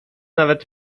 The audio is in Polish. nawet